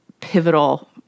pivotal